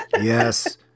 Yes